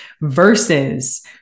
versus